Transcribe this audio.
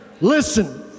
Listen